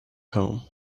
home